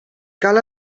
cal